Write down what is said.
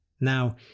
Now